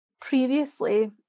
previously